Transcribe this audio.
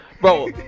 Bro